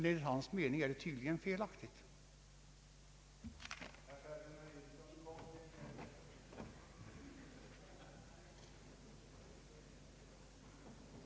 Enligt hans mening är Svenska landstingsförbundets agerande tydligen felaktigt.